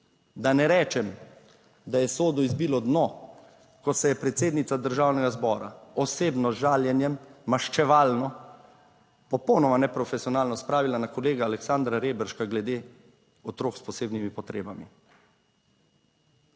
Da ne rečem, da je sodu izbilo dno, ko se je predsednica Državnega zbora osebno z žaljenjem maščevalno, popolnoma neprofesionalno spravila na kolega Aleksandra Reberška glede otrok s posebnimi potrebami.